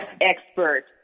expert